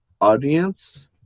audience